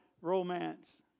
romance